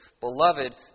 Beloved